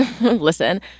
Listen